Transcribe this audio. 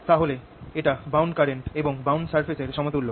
তাহলে এটা bound current এবং বাউন্ড সারফেস এর সমতুল্য